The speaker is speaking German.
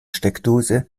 steckdose